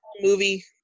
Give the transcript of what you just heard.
movie